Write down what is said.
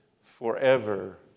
forever